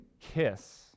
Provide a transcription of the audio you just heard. kiss